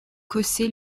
cossé